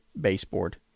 baseboard